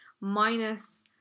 minus